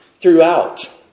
throughout